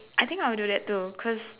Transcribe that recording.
I think I'll do that too coz